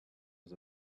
was